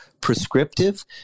prescriptive